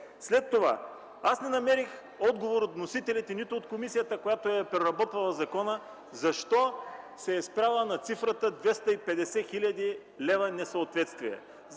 След това аз не намерих отговор от вносителите, нито от комисията, която е преработвала закона, защо се е спряла на цифрата 250 хил. лв. несъответствие.